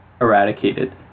Eradicated